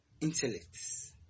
Intellects